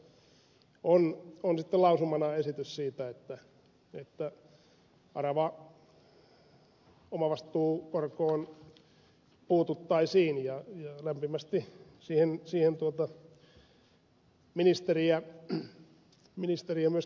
tiusasen vastalauseessa on sitten lausumana esitys siitä että aravaomavastuukorkoon puututtaisiin ja lämpimästi siihen ministeriä myöskin rohkaisen